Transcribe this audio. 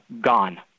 gone